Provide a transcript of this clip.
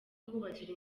kubakira